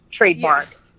trademark